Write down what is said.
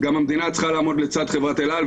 גם המדינה צריכה לעמוד לצד חברת אל על,